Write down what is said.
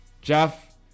Jeff